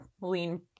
lean